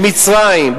במצרים,